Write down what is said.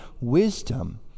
wisdom